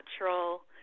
natural